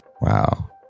Wow